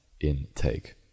intake